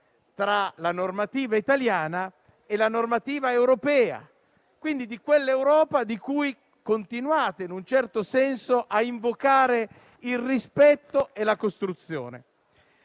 tra la normativa italiana e quella europea e, quindi, con quell'Europa di cui continuate in un certo senso a invocare il rispetto e la costruzione.